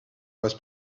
was